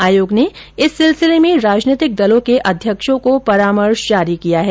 आयोग ने इस सिलसिले में राजनीतिक दलों के अध्यक्षों को परामर्श जारी किया है